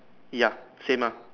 ya same meh